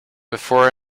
before